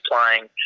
playing